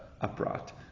Upright